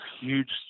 huge